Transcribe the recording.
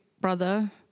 brother